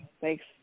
Thanks